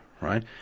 right